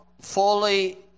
fully